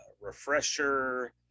Refresher